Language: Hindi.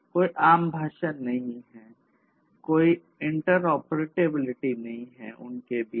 कोई आम भाषा नहीं है कोई इंटरऑपरेटेबिलिटी नहीं है उनके बीच